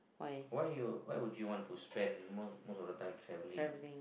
why you why would you want to spend most most of the time traveling